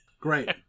Great